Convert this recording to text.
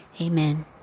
Amen